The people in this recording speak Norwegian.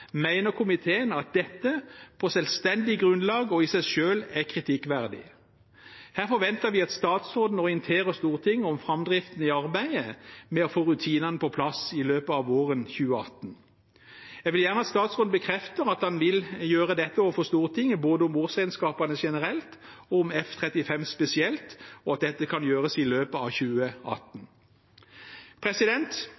komiteen at dette på selvstendig grunnlag og i seg selv er kritikkverdig. Her forventer vi at statsråden orienterer Stortinget om framdriften i arbeidet med å få rutinene på plass i løpet av våren 2018. Jeg vil gjerne at statsråden bekrefter at han vil gjøre dette overfor Stortinget, både om årsregnskapene generelt og om F-35 spesielt, og at dette kan gjøres i løpet av